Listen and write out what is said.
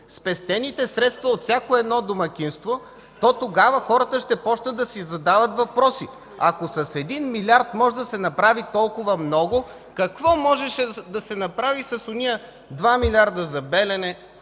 спестените средства от всяко домакинство, тогава хората ще започнат да си задават въпроси – „Ако с 1 милиард може да се направи толкова много, какво можеше да се направи с онези 2 милиарда за „Белене”,